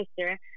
sister